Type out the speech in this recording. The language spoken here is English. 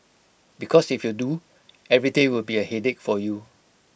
because if you do every day will be A headache for you